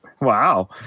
Wow